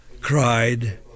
cried